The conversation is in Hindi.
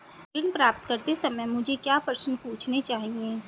ऋण प्राप्त करते समय मुझे क्या प्रश्न पूछने चाहिए?